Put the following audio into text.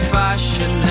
fashion